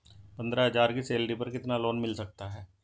पंद्रह हज़ार की सैलरी पर कितना लोन मिल सकता है?